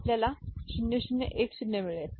आपल्याला 0 0 1 0 मिळेल